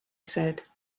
said